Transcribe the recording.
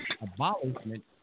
abolishment